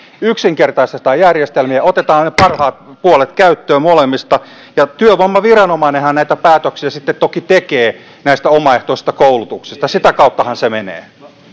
yksinkertaistetaan järjestelmiä otetaan parhaat puolet käyttöön molemmista ja työvoimaviranomainenhan päätöksiä sitten toki tekee näistä omaehtoisista koulutuksista sitä kauttahan se menee